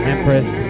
Empress